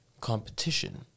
competition